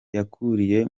yakuriye